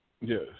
Yes